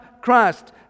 Christ